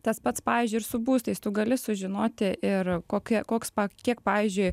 tas pats pavyzdžiui ir su būstais tu gali sužinoti ir kokia koks kiek pavyzdžiui